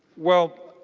well